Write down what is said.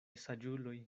saĝuloj